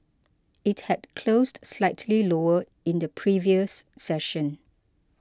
it had closed slightly lower in the previous session